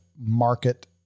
market